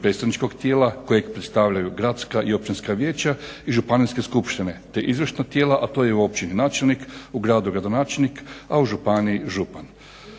predstavničkog tjiela kojeg predstavljaju gradska i općinska vijeća, i županijske skupštine, te izvršna tijela a to je u općini načelnik, u gradu gradonačelnik, a u županiji župan.